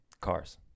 Cars